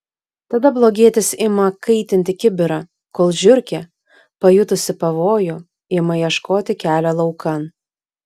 tada blogietis ima kaitinti kibirą kol žiurkė pajutusi pavojų ima ieškoti kelio laukan